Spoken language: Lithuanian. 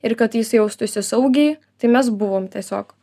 ir kad jis jaustųsi saugiai tai mes buvom tiesiog